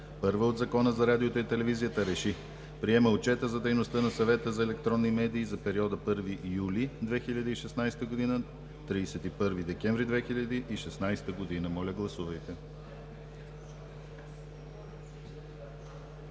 ал. 1 от Закона за радиото и телевизията РЕШИ: Приема Отчета за дейността на Съвета за електронни медии за периода 1 юли 2016 г. – 31 декември 2016 г.“ Моля, гласувайте.